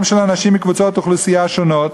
של אנשים מקבוצות אוכלוסייה שונות.